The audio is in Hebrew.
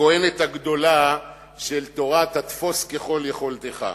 הכוהנת הגדולה של תורת ה"תפוס ככל יכולתך".